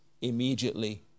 Immediately